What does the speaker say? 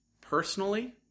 Personally